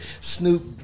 Snoop